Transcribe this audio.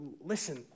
listen